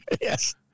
Yes